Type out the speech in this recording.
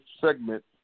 segment